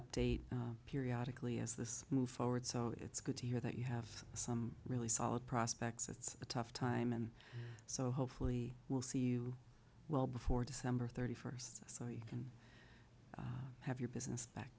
update periodically as this moves forward so it's good to hear that you have some really solid prospects it's a tough time and so hopefully we'll see you well before december thirty first so i can have your business back